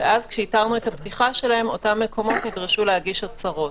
וכשהתרנו את הפתיחה שלהם, הם נדרשו להגיש הצהרות.